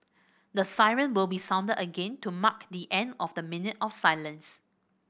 the siren will be sounded again to mark the end of the minute of silence